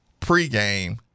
pregame